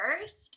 first